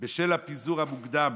בשל הפיזור המוקדם